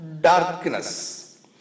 darkness